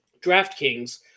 DraftKings